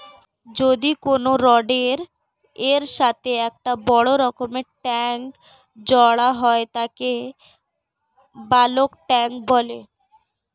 যদি কোনো রডের এর সাথে একটা বড় রকমের ট্যাংক জোড়া হয় তাকে বালক ট্যাঁক বলে